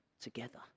together